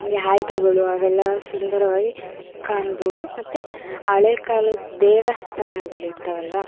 ಹಾಗೆ ಆಯುಧಗಳು ಅವೆಲ್ಲ ಸುಂದರವಾಗಿ ಕಾಣಬಹುದು ಮತ್ತು ಹಳೇ ಕಾಲದ ದೇವಸ್ಥಾನಗಳಿರ್ತಾವಲ್ವಾ